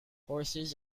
horses